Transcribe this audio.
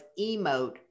emote